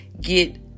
get